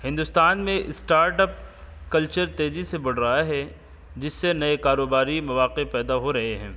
ہندوستان میں startup culture تیزی سے بڑھ رہا ہے جس سے نئے کاروباری مواقع پیدا ہو رہے ہیں